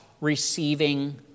receiving